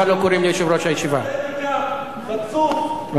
נא להוציא אותו.